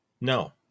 no